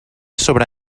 sobre